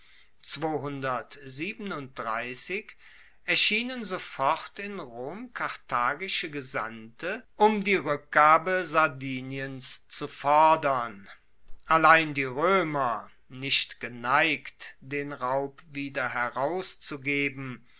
erschienen sofort in rom karthagische gesandte um die rueckgabe sardiniens zu fordern allein die roemer nicht geneigt den raub wieder herauszugeben